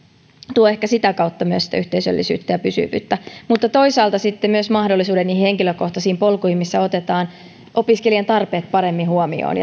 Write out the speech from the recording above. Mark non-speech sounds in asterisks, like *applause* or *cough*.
tuo ehkä sitä kautta myös sitä yhteisöllisyyttä ja pysyvyyttä mutta toisaalta sitten myös mahdollisuuden niihin henkilökohtaisiin polkuihin missä otetaan opiskelijan tarpeet paremmin huomioon *unintelligible*